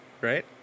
right